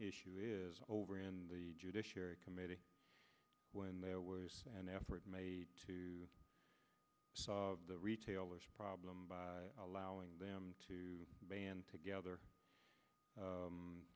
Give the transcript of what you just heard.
issue is over in the judiciary committee when there was an effort made to the retailers problem by allowing them to band together